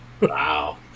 Wow